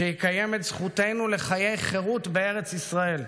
שיקיים את זכותנו לחיי חירות בארץ ישראל.